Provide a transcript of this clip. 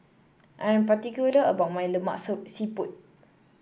I'm particular about my Lemak Siput